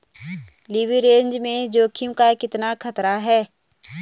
Leverage में जोखिम का कितना खतरा है?